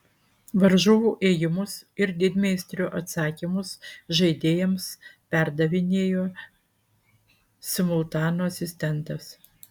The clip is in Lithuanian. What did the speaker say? varžovų ėjimus ir didmeistrio atsakymus žaidėjams perdavinėjo simultano asistentas